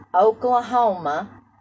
Oklahoma